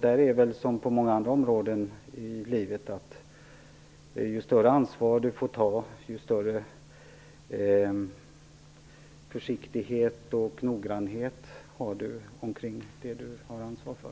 Det är väl liksom på många områden i livet så, att ju större ansvar man får ta, desto större försiktighet och noggrannhet iakttar man med det som man ansvarar för.